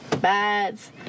Bats